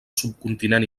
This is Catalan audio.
subcontinent